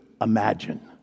imagine